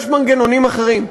יש מנגנונים אחרים.